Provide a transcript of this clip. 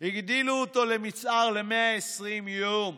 והגדילו אותו ל-120 יום,